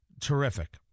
terrific